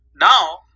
Now